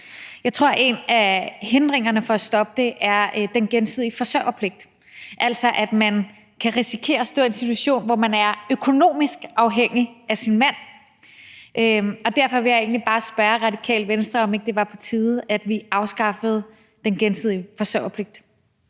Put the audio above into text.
Jeg tror, at en af hindringerne for at stoppe det er den gensidige forsørgerpligt, altså, at man kan risikere at stå i en situation, hvor man er økonomisk afhængig af sin mand. Og derfor vil jeg egentlig bare spørge Radikale Venstre, om ikke det var på tide, at vi afskaffede den gensidige forsørgerpligt.